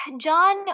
John